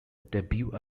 debut